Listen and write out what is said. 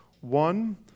One